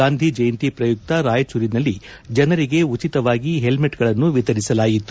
ಗಾಂಧಿ ಜಯಂತಿ ಪ್ರಯುಕ್ತ ರಾಯಚೂರಿನಲ್ಲಿ ಜನರಿಗೆ ಉಚಿತವಾಗಿ ಹೆಲ್ಮೆಟ್ ಗಳನ್ನು ವಿತರಿಸಲಾಯಿತು